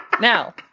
Now